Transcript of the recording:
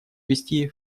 ввести